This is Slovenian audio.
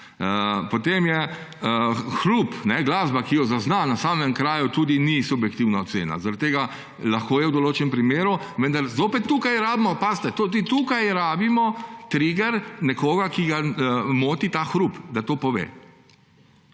Potem hrup, glasba, ki jo zazna na samem kraju, tudi ni subjektivna ocena. Lahko je v določenem primeru, vendar zopet tukaj rabimo, pazite, tudi tukaj rabimo triger, nekoga, ki ga moti ta hrup, da to pove.